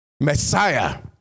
Messiah